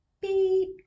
Beep